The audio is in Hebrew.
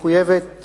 מחויבת